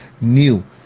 new